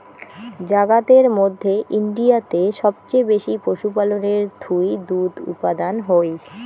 জাগাতের মধ্যে ইন্ডিয়াতে সবচেয়ে বেশি পশুপালনের থুই দুধ উপাদান হই